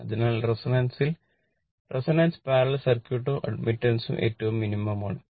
അതിനാൽ റെസൊണൻസിൽ resonance parallel സർക്യൂട്ടും അഡ്മിറ്റൻസും ഏറ്റവും മിനിമം ആണ്